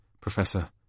Professor